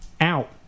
out